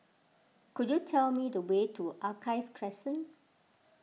could you tell me the way to Alkaff Crescent